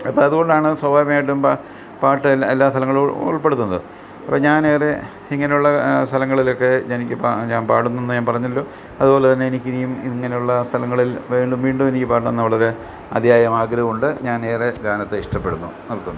അപ്പം അതുകൊണ്ടാണ് സ്വാഭാവികമായിട്ടും പാ പാട്ട് എല്ലാ സ്ഥലങ്ങളിലും ഉൾപ്പെടുത്തുന്നത് അപ്പം ഞാനവിടെ ഇങ്ങനുള്ള സ്ഥലങ്ങളിലൊക്കെ എനിക്ക് ഞാൻ പാടുന്നതിന് ഞാൻ പറഞ്ഞല്ലോ അതുപോലെ തന്നെ എനിക്കിനിയും ഇങ്ങനുള്ള സ്ഥലങ്ങളിൽ വീണ്ടും വീണ്ടും എനിക്ക് പാടണന്ന് വളരെ അതിയായ ആഗ്രഹമുണ്ട് ഞാൻ ഏറെ ഗാനത്തെ ഇഷ്ടപെടുന്നു നിർത്തുന്നു